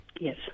Yes